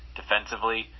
defensively